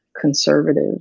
conservative